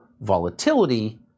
volatility